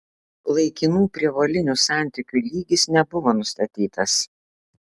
laikinų prievolinių santykių lygis nebuvo nustatytas